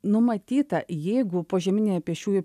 numatyta jeigu požeminėje pėsčiųjų